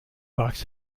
box